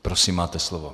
Prosím, máte slovo.